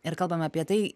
ir kalbame apie tai